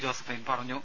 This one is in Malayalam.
ജോസഫൈൻ പറഞ്ഞു